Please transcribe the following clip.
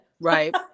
Right